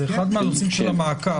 זה אחד מהנושאים של המעקב.